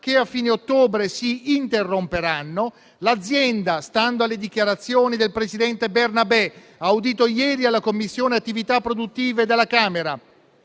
che a fine ottobre si interromperanno. L'azienda, stando alle dichiarazioni del presidente Bernabè, audito ieri presso la Commissione attività produttive della Camera,